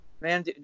man